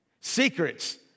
Secrets